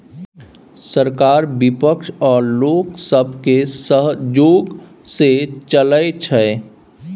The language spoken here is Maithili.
सरकार बिपक्ष आ लोक सबके सहजोग सँ चलइ छै